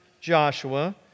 Joshua